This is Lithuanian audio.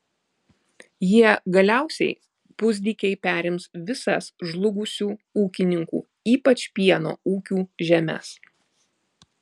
jie galiausiai pusdykiai perims visas žlugusių ūkininkų ypač pieno ūkių žemes